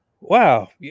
Wow